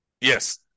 Yes